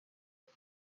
کنم